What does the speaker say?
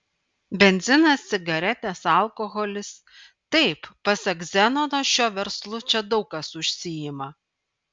benzinas cigaretės alkoholis taip pasak zenono šiuo verslu čia daug kas užsiima